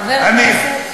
חבר הכנסת,